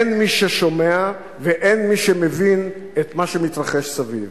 אין מי ששומע ואין מי שמבין את מה שמתרחש סביב.